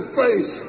face